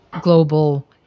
global